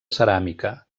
ceràmica